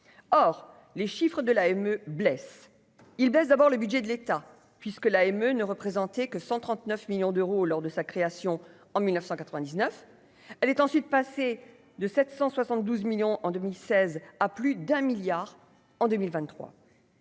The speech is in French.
or les chiffres de l'me blesse, il baisse d'abord le budget de l'État puisque la ne représentait que 139 millions d'euros lors de sa création en 1999, elle est ensuite passée de 772 millions en 2016 à plus d'un milliard en 2023.